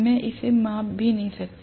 मैं इसे माप भी नहीं सकता